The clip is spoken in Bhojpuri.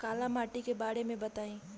काला माटी के बारे में बताई?